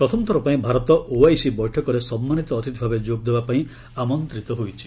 ପ୍ରଥମଥର ପାଇଁ ଭାରତ ଓଆଇସି ବୈଠକରେ ସମ୍ମାନିତ ଅତିଥି ଭାବେ ଯୋଗଦେବାପାଇଁ ଆମନ୍ତିତ ହୋଇଛି